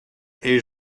est